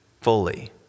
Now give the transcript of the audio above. fully